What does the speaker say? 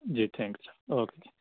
G thanks sir okay